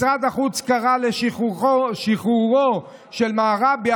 משרד החוץ קרא לשחרורו של מראבי,